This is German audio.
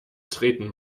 treten